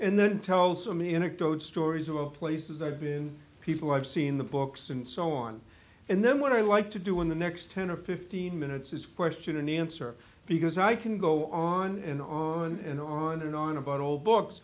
and then tells me in a code stories about places they've been people i've seen the books and so on and then what i like to do in the next ten or fifteen minutes is question and answer because i can go on and on and on and on about all books